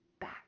back